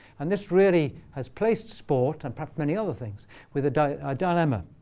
and this really has placed sports, and perhaps many other things with a dilemma,